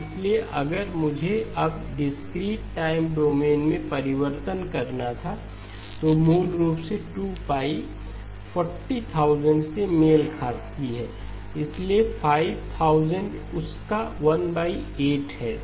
इसलिए अगर मुझे अब डिस्क्रीट टाइम डोमेन में परिवर्तन करना था तो मूल रूप से 2π 40000 से मेल खाती है इसलिए 5000 उस का 18 है